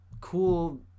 cool